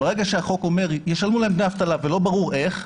ברגע שהחוק אומר ישלמו להם דמי אבטלה ולא ברור איך,